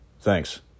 Thanks